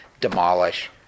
demolish